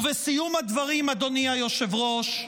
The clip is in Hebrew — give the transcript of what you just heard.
ובסיום הדברים, אדוני היושב-ראש,